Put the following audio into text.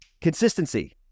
consistency